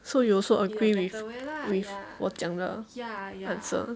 so you also agree with with 我讲的 answer